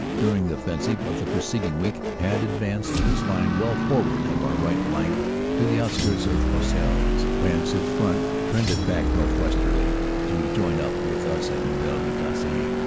during the offensive of the preceding week had ad vanced its line well forward of our right flank to the outskirts of croisilles, whence its front trended back northwesterly to join up with us at neuville vitasse.